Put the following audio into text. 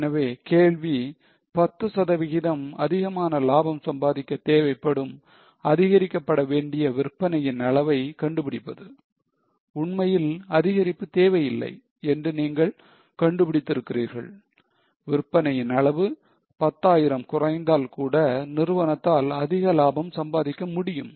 எனவே கேள்வி 10 சதவிகிதம் அதிகமான லாபம் சம்பாதிக்க தேவைப்படும் அதிகரிக்க படவேண்டிய விற்பனையின் அளவை கண்டுபிடிப்பது உண்மையில் அதிகரிப்பு தேவையில்லை என்று நீங்கள் கண்டுபிடித்து இருக்கிறீர்கள் விற்பனையின் அளவு 10000 குறைந்தால் கூட நிறுவனத்தால் அதிகமான லாபம் சம்பாதிக்க முடியும்